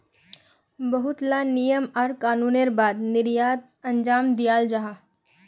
बहुत ला नियम आर कानूनेर बाद निर्यात अंजाम दियाल जाहा